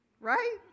right